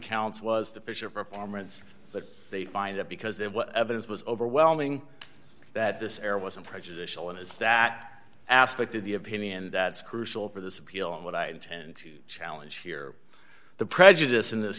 counts was the fisher performance but they find it because there was evidence was overwhelming that this error wasn't prejudicial and it's that aspect of the opinion that is crucial for this appeal and what i intend to challenge here the prejudice in this